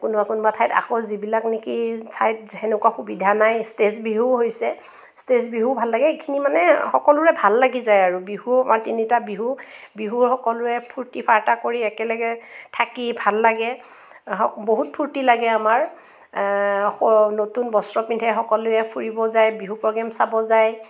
কোনোবা কোনোবা ঠাইত আকৌ যিবিলাক নেকি ঠাইত সেনেকুৱা সুবিধা নাই ষ্টেজ বিহুও হৈছে ষ্টেজ বিহুও ভাল লাগে এইখিনি মানে সকলোৰে ভাল লাগি যায় আৰু বিহু আমাৰ তিনিটা বিহু বিহুৰ সকলোৱে ফুৰ্তি ফাৰ্তা কৰি একেলগে থাকি ভাল লাগে বহুত ফুৰ্তি লাগে আমাৰ নতুন বস্ত্ৰ পিন্ধে সকলোৱে ফুৰিব যায় বিহু প্ৰগেম চাব যায়